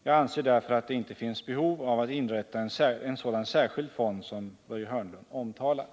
Jag anser därför att det inte finns behov av att inrätta en sådan särskild fond som Börje Hörnlund omtalar.